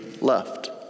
left